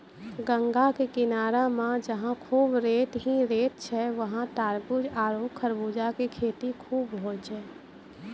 गंगा के किनारा मॅ जहां खूब रेत हीं रेत छै वहाँ तारबूज आरो खरबूजा के खेती खूब होय छै